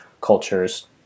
cultures